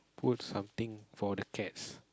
put something for the cats